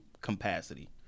capacity